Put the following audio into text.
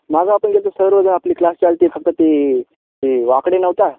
मागं आपण गेलतो सर्वजणं आपली क्लास चालते फक्त ती वाकडे नव्हता